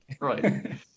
Right